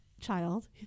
child